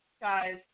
guys